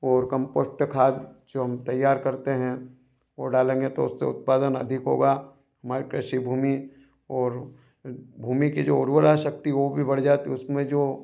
और कम्पोस्ट खाद जो हम तैयार करते हैं वह डालेंगे तो उससे उत्पादन अधिक होगा हमारी कृषि भूमि और भूमि की जो उर्वरा शक्ति वह भी बढ़ जाती उसमें जो